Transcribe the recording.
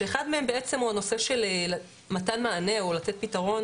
שאחד מהם הוא הנושא של מתן מענה או לתת פתרון